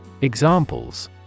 Examples